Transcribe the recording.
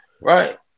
Right